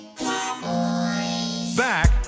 Back